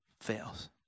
fails